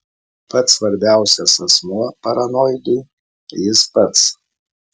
pats svarbiausias asmuo paranoidui jis pats